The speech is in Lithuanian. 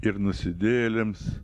ir nusidėjėliams